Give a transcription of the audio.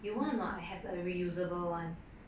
you want or not I have a reusable [one]